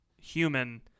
human